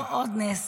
עוד נס.